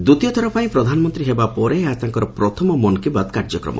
ଦ୍ୱିତୀୟଥର ପାଇଁ ପ୍ରଧାନମନ୍ତ୍ରୀ ହେବା ପରେ ଏହା ତାଙ୍କର ପ୍ରଥମ ମନ୍ କି ବାତ୍ କାର୍ଯ୍ୟକ୍ରମ